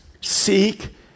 seek